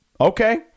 Okay